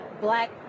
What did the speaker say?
black